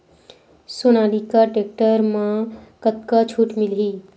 Sonalika tractor म कतका छूट मिलही?